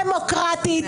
דמוקרטית,